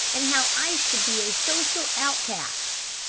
and how i should be a social outcast.